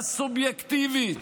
הסובייקטיבית,